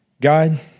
God